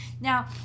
now